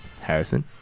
Harrison